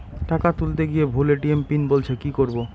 টাকা তুলতে গিয়ে ভুল এ.টি.এম পিন বলছে কি করবো?